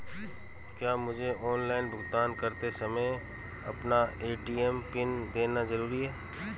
क्या मुझे ऑनलाइन भुगतान करते समय अपना ए.टी.एम पिन देना चाहिए?